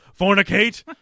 Fornicate